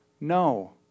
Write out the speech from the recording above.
no